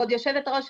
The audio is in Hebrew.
כבוד יושבת הראש,